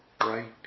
right